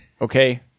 okay